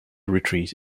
retreat